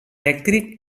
elèctric